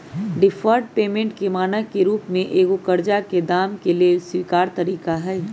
deferred payment के मानक के रूप में एगो करजा के दाम के लेल स्वीकार तरिका हइ